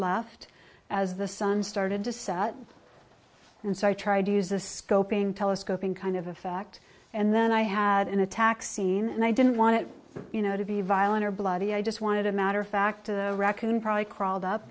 left as the sun started to set and so i tried to use a scoping telescoping kind of effect and then i had an attack scene and i didn't want it you know to be violent or bloody i just wanted a matter of fact a raccoon probably crawled up